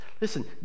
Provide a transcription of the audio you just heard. Listen